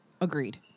Agreed